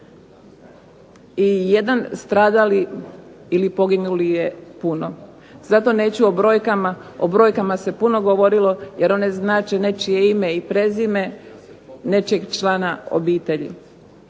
i jedan stradali ili poginuli je puno. Zato neću o brojkama, o brojkama se puno govorilo jer one znače nečije ime i prezime nečijeg člana obitelji.